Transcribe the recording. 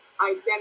identity